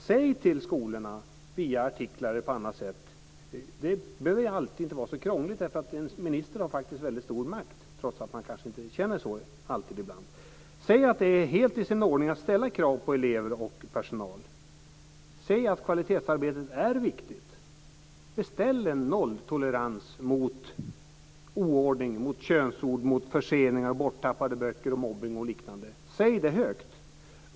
Säg till skolorna via artiklar eller på annat sätt - det behöver inte vara så krångligt, eftersom en minister har faktiskt väldigt stor makt, trots att man kanske inte alltid känner så - att det är helt i sin ordning att ställa krav på elever och personal. Säg att kvalitetsarbetet är viktigt. Beställ en nolltolerans mot oordning, mot könsord, mot förseningar, mot borttappade böcker, mot mobbning och liknande. Säg det högt.